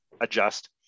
adjust